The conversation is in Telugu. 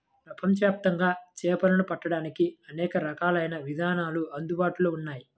ప్రపంచవ్యాప్తంగా చేపలను పట్టడానికి అనేక రకాలైన విధానాలు అందుబాటులో ఉన్నాయి